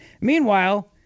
Meanwhile